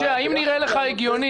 משה, האם נראה לך הגיוני